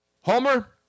Homer